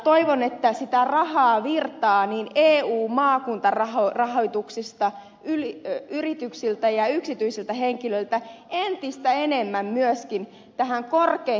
toivon että sitä rahaa virtaa eu maakuntarahoituksista yrityksiltä ja yksityisiltä henkilöiltä entistä enemmän myöskin tähän korkeimpaan sivistykseemme